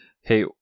Hey